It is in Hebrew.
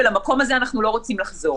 ולמקום הזה אנחנו לא רוצים לחזור.